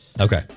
Okay